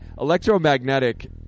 electromagnetic